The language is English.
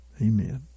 Amen